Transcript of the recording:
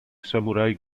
samurai